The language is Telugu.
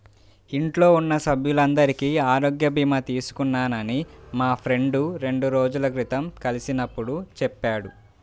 ఇంట్లో ఉన్న సభ్యులందరికీ ఆరోగ్య భీమా తీసుకున్నానని మా ఫ్రెండు రెండు రోజుల క్రితం కలిసినప్పుడు చెప్పాడు